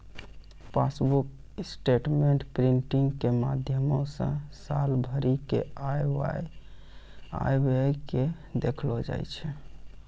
passbook statement printing के माध्यमो से साल भरि के आय व्यय के देखलो जाय छै